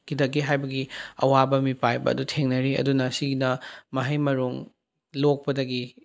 ꯀꯤꯗꯒꯦ ꯍꯥꯏꯕꯒꯤ ꯑꯋꯥꯕ ꯃꯤꯄꯥꯏꯕ ꯑꯗꯨ ꯊꯦꯡꯅꯔꯤ ꯑꯗꯨꯅ ꯁꯤꯒꯤꯗ ꯃꯍꯩ ꯃꯔꯣꯡ ꯂꯣꯛꯄꯗꯒꯤ